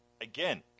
Again